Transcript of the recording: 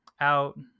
out